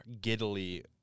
giddily